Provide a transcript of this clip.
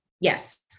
Yes